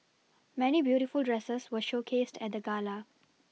many beautiful dresses were showcased at the gala